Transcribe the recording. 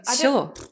Sure